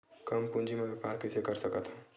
कम पूंजी म व्यापार कइसे कर सकत हव?